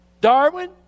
Darwin